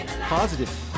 positive